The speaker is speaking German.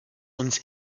uns